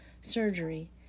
surgery